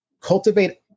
cultivate